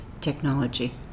technology